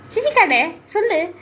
சிரிக்காதே சொல்லு:sirikkaathae sollu